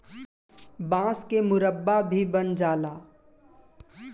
बांस के मुरब्बा भी बन जाला